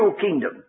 kingdom